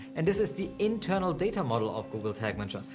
and this is the internal data model of google tag manager.